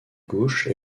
gauche